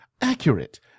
accurate